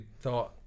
thought